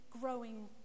growing